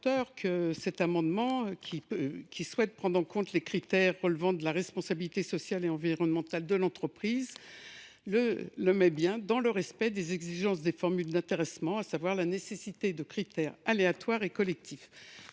vise à ce que l’accord d’intéressement puisse prendre en compte des critères relevant de la responsabilité sociale et environnementale de l’entreprise, dans le respect des exigences des formules d’intéressement, à savoir la nécessité de critères aléatoires et collectifs.